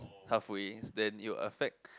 halfways then it will affect